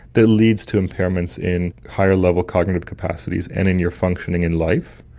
that leads to impairments in higher level cognitive capacities and in your functioning in life?